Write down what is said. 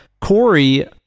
Corey